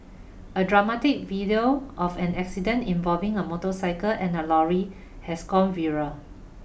a dramatic video of an accident involving a motorcycle and a lorry has gone viral